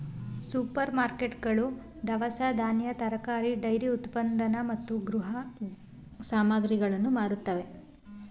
super ಮಾರುಕಟ್ಟೆಗಳು ದವಸ ಧಾನ್ಯ, ತರಕಾರಿ, ಡೈರಿ ಉತ್ಪನ್ನ ಮತ್ತು ಗೃಹ ಸಾಮಗ್ರಿಗಳನ್ನು ಮಾರುತ್ತವೆ